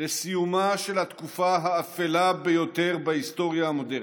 לסיומה של התקופה האפלה ביותר בהיסטוריה המודרנית.